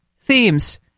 themes